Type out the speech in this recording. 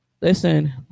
Listen